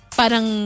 parang